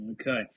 Okay